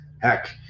Heck